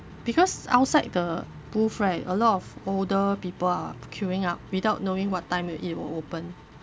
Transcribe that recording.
because outside the booth right a lot of older people are queuing up without knowing what time it will open